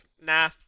Nah